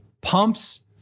pumps